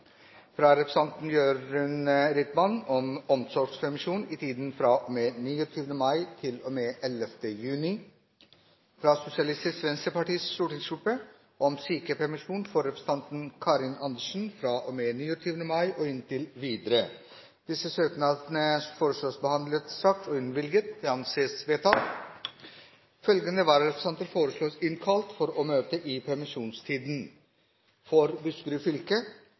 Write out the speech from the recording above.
fra representanten Jørund Rytman om omsorgspermisjon i tiden fra og med 29. mai til og med 11. juni fra Sosialistisk Venstrepartis stortingsgruppe om sykepermisjon for representanten Karin Andersen fra og med 29. mai og inntil videre Etter forslag fra presidenten ble enstemmig besluttet: Søknadene behandles straks og innvilges. Følgende vararepresentanter innkalles for å møte i permisjonstiden: For Buskerud fylke: